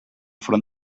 front